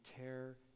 tear